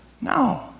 No